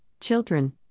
children